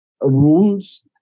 rules